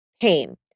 pain